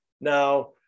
now